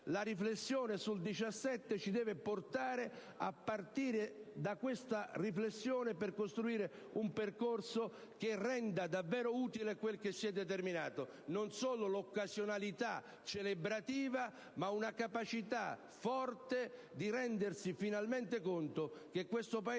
la riflessione sul 17 marzo ci deve portare a costruire un percorso che renda davvero utile quel che si è determinato: non solo l'occasionalità celebrativa, ma una capacità forte di rendersi finalmente conto che il Paese